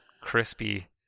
crispy